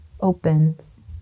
opens